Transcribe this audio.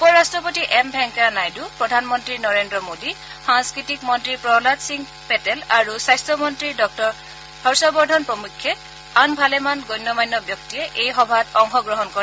উপ ৰাট্টপতি এম ভেংকায়া নাইডু প্ৰধানমন্ত্ৰী নৰেন্দ্ৰ মোডী সাংস্কৃতিক মন্নী প্ৰহাদ সিং পেটেল আৰু স্বাস্থ্যমন্নী ডাঃ হৰ্ষবৰ্ধন প্ৰমূখ্যে আন ভালেসংখ্যক গণ্যমান্য ব্যক্তিয়ে এই সভাত অংশগ্ৰহণ কৰে